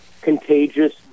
contagious